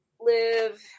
live